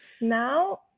Now